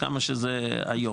כמה שזה היום.